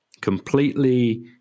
completely